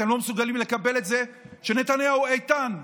אתם לא מסוגלים לקבל את זה שנתניהו איתן,